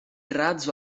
razzo